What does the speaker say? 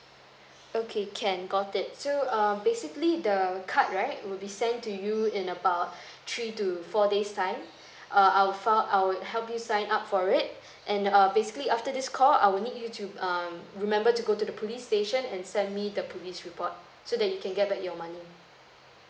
okay can got it so err basically the card right will be send to you in about three to four days time uh I'll file I would help you sign up for it and err basically after this call I will need you to um remember to go to the police station and send me the police report so that you can get back your money